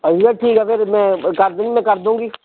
ਅੱਛਾ ਠੀਕ ਹੈ ਫਿਰ ਮੈਂ ਕਰਦੂਗੀ ਮੈਂ ਕਰਦੂਗੀ